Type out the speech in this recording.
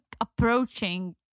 approaching